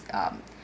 um